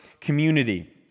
community